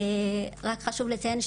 רק חשוב לציין,